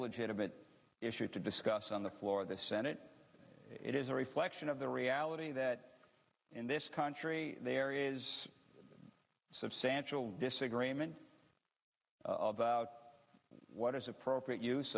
legitimate issue to discuss on the floor of the senate it is a reflection of the reality that in this country there is substantial disagreement of what is appropriate use